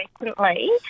recently